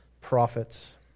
prophets